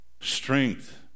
strength